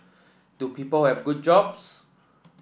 do people have good jobs